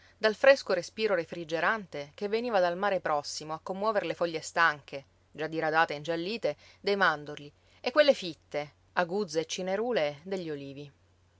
dal fresco respiro refrigerante che veniva dal mare prossimo a commuover le foglie stanche già diradate e ingiallite dei mandorli e quelle fitte aguzze e cinerulee degli olivi